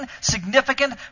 significant